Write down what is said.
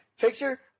picture